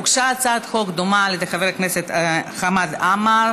הוגשה הצעת חוק דומה על ידי חבר הכנסת חמד עמאר.